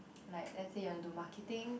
like lets say you want do marketing